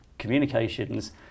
communications